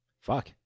Fuck